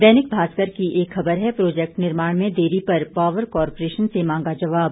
दैनिक भास्कर की एक खबर है प्रोजेक्ट निर्माण में देरी पर पावर कारपोरेशन से मांगा जवाब